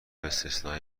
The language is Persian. استثنایی